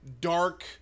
dark